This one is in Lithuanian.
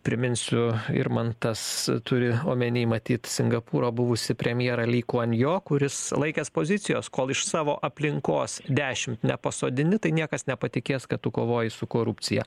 priminsiu irmantas turi omeny matyt singapūro buvusį premjerą li kvan jo kuris laikės pozicijos kol iš savo aplinkos dešim nepasodini tai niekas nepatikės kad tu kovoji su korupcija